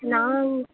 நான்